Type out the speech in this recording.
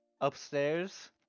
upstairs